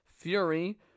Fury